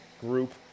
group